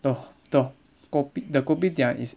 the the kopi~ the kopitiam is